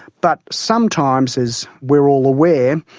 but sometimes, as we are all aware,